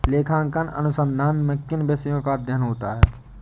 लेखांकन अनुसंधान में किन विषयों का अध्ययन होता है?